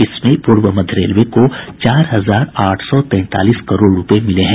इसमें पूर्व मध्य रेलवे को चार हजार आठ सौ तैंतालीस करोड़ रूपये मिले हैं